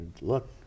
look